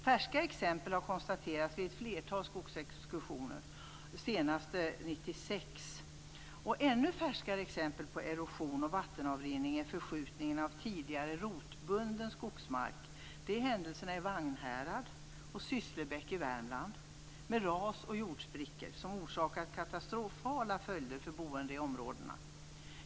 Färska exempel har konstaterats vid ett flertal skogsexkursioner, de senaste 1996. Ännu färskare exempel på erosion och vattenavrinning är förskjutningen av tidigare rotbunden skogsmark. Det hände i Vagnhärad och Sysslebäck i Värmland med ras och jordsprickor som orsakade katastrofala följder för boende i områdena.